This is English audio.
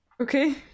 Okay